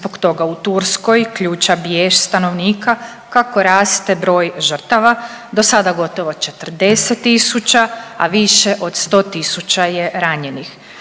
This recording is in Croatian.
Zbog toga u Turskoj ključa bijes stanovnika kako raste broj žrtava do sada gotovo 40 tisuća, a više od 100 tisuća je ranjenih.